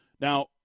Now